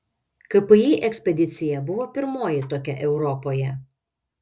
kpi ekspedicija buvo pirmoji tokia europoje